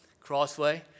crossway